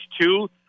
two